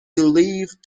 believed